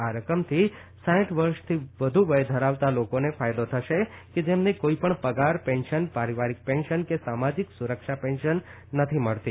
આ રકમથી સાઈઠ વર્ષથી વધુ વય ધરાવતાં લોકોને ફાયદો થશે કે જેમને કોઈપણ પગાર પેન્શન પારીવારીક પેન્શન કે સામાજિક સુરક્ષા પેન્શન ધ્વારા નથી મળતી